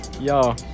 Yo